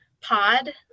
pod